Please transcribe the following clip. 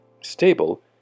stable